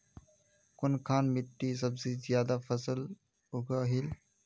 कुनखान मिट्टी सबसे ज्यादा फसल उगहिल?